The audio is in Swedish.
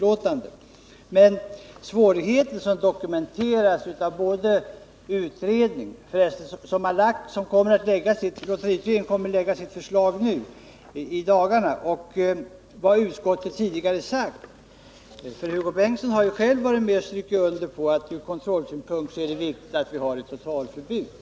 Men kontrollsvårigheten har dokumenterats både av lotteriutredningen, som kommer att framlägga sitt förslag i dagarna, och av utskottet — Hugo Bengtsson har själv varit med om att understryka att det från kontrollsynpunkt är viktigt att vi har ett totalförbud.